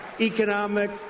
economic